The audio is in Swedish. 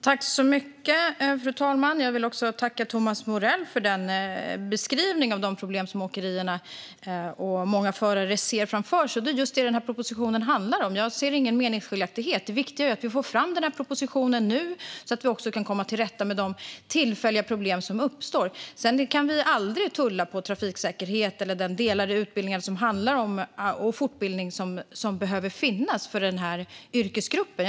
Fru talman! Jag vill tacka Thomas Morell för beskrivningen av de problem som åkerier och många förare ser framför sig, och det är just det som den här propositionen handlar om. Jag ser ingen meningsskiljaktighet. Det viktiga är ju att vi får fram den här propositionen nu, så att vi kan komma till rätta med de tillfälliga problem som uppstår. Sedan kan vi aldrig tulla på trafiksäkerheten och de utbildningar och fortbildningar som behöver finnas för den här yrkesgruppen.